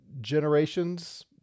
generations